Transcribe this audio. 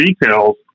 details –